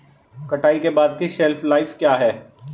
कटाई के बाद की शेल्फ लाइफ क्या है?